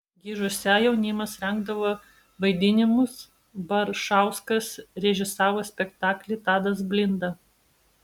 gižuose jaunimas rengdavo vaidinimus baršauskas režisavo spektaklį tadas blinda